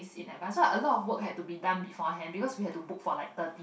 in advance so a lot of work had to be done beforehand because we have to book for thirty